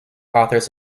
authors